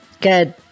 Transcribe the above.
Good